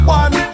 one